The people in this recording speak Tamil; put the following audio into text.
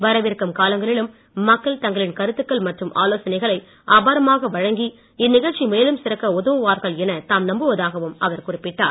வரவிருக்கும் காலங்களிலும் மக்கள் தங்களின் கருத்துக்கள் மற்றும் ஆலோசனைகளை அபாரமாக வழங்கி இந்நிகழ்ச்சி மேலும் சிறக்க உதவுவார்கள் என தாம் நம்புவதாகவும் அவர் குறிப்பிட்டார்